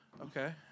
Okay